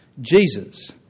Jesus